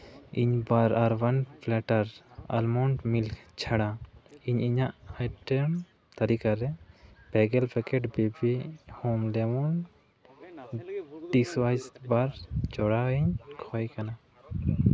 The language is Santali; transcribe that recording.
ᱤᱧ ᱵᱟᱨ ᱟᱨᱵᱟᱱ ᱯᱞᱟᱴᱟᱨ ᱟᱞᱢᱚᱱᱰ ᱢᱤᱞᱠ ᱪᱷᱟᱲᱟ ᱤᱧ ᱤᱧᱟᱹᱜ ᱟᱭᱴᱮᱢ ᱛᱟᱹᱞᱤᱠᱟ ᱨᱮ ᱯᱮ ᱜᱮᱞ packets B B Home lemon dishwash bar ᱡᱚᱲᱟᱣ ᱤᱧ ᱠᱷᱚᱡ ᱠᱟᱱᱟ